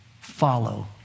follow